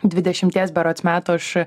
dvidešimties berods metų aš